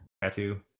Tattoo